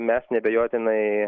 mes neabejotinai